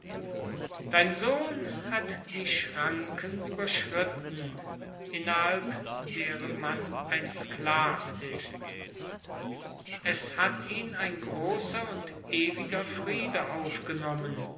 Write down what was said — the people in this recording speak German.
dein sohn hat die schranken überschritten innerhalb deren man ein sklav ist es hat ihn ein großer und ewiger friede aufgenommen